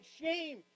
shame